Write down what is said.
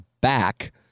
back